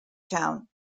town